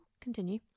continue